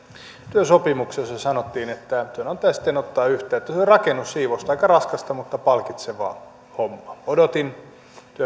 työsopimuksen jossa sanottiin että työantaja sitten ottaa yhteyttä se oli rakennussiivousta aika raskasta mutta palkitsevaa hommaa odotin